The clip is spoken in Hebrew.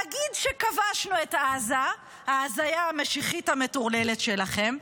נגיד שכבשנו את עזה, ההזיה המשיחית המטורללת שלכם.